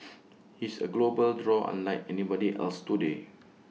he's A global draw unlike anybody else today